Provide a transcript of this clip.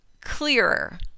clearer